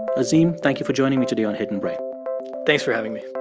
azim, thank you for joining me today on hidden brain thanks for having me